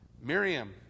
Miriam